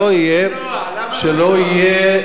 שלא יהיה,